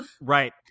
Right